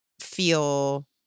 feel